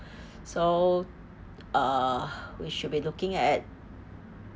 so uh we should be looking at